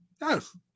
Yes